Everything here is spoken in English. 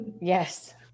Yes